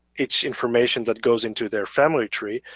each information that goes into their family tree.